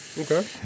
Okay